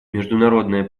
международное